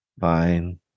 fine